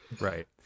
Right